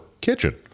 kitchen